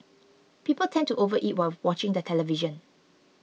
people tend to overeat while watching the television